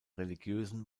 religiösen